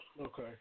Okay